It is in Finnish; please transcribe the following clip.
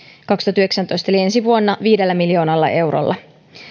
kaksituhattayhdeksäntoista eli ensi vuonna viidellä miljoonalla eurolla